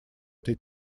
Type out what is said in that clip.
этой